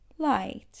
Light